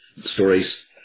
stories